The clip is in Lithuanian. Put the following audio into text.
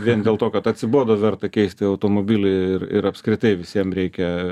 vien dėl to kad atsibodo verta keisti automobilį ir ir apskritai visiem reikia